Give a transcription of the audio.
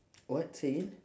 what say again